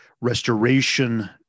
restoration